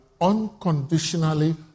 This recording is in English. unconditionally